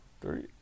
three